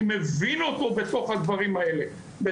אני מבין אותו בתוך העסק הזה.